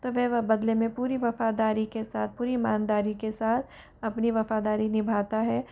तो वे वह बदले में पूरी वफ़ादारी के साथ पूरी ईमानदारी के साथ अपनी वफ़ादारी निभाता है